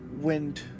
Wind